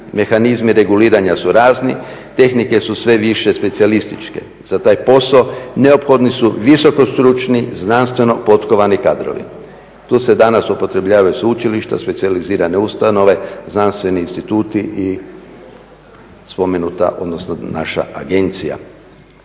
Mehanizmi reguliranja su razni, tehnike su sve više specijalističke za taj posao, neophodni su visoko stručni znanstveno potkovani kadrovi. Tu se danas upotrjebljavaju sveučilišta, specijalizirane ustanove, znanstveni instituti i spomenuta, odnosno naša agencija.